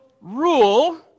rule